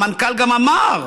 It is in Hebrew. המנכ"ל גם אמר,